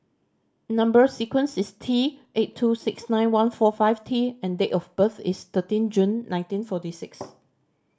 number sequence is T eight two six nine one four five T and date of birth is thirteen June nineteen forty six